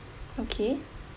okay